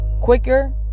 quicker